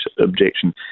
objection